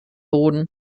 boden